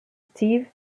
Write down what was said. steve